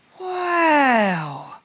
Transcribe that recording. Wow